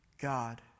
God